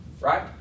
right